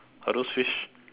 are those fish